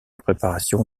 préparation